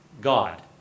God